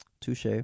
Touche